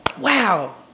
wow